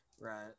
Right